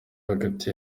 hagati